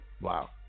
wow